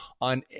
on